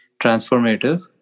transformative